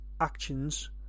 actions